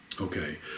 Okay